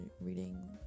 reading